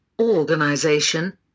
organization